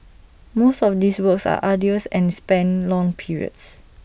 most of these works are arduous and span long periods